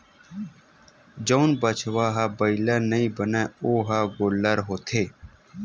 जउन बछवा ह बइला नइ बनय ओ ह गोल्लर होथे